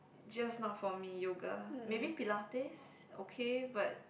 just not for me yoga maybe Pilates okay but